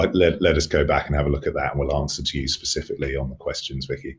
like let let us go back and have a look at that. we'll answer to you specifically on the questions, vicky,